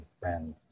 friend